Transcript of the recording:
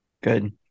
Good